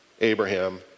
Abraham